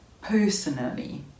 personally